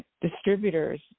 distributors